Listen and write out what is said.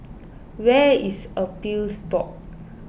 where is Appeals Board